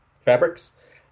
fabrics